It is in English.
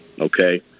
Okay